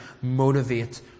motivate